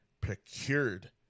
procured